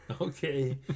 Okay